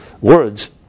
words